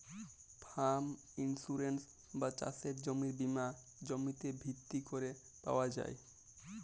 farm insurance বা চাসের জমির বীমা জমিতে ভিত্তি ক্যরে পাওয়া যায়